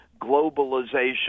globalization